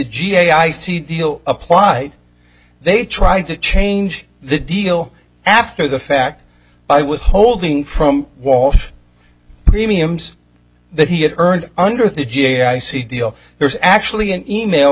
ga i c deal applied they tried to change the deal after the fact i was holding from walsh premiums that he had earned under the j i c deal there's actually an email